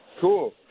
Cool